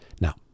Now